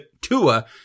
Tua